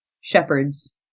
shepherds